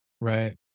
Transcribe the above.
right